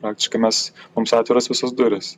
praktiškai mes mums atviros visos durys